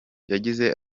yagize